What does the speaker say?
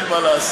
אין מה לעשות.